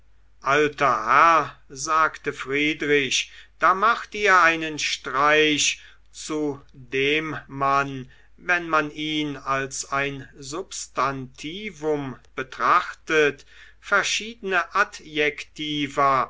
alter herr sagte friedrich da macht ihr einen streich zu dem man wenn man ihn als ein substantivum betrachtet verschiedene adjektiva